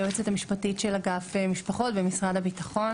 היועצת המשפטית של אגף משפחות במשרד הביטחון.